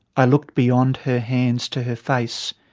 i looked beyond her hands to her face,